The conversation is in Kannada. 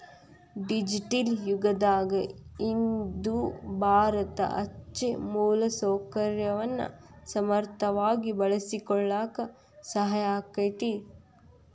ಡಿಜಿಟಲ್ ಯುಗದಾಗ ಇದು ಭಾರತ ಅಂಚೆಯ ಮೂಲಸೌಕರ್ಯವನ್ನ ಸಮರ್ಥವಾಗಿ ಬಳಸಿಕೊಳ್ಳಾಕ ಸಹಾಯ ಆಕ್ಕೆತಿ